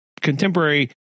contemporary